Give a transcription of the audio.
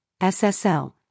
SSL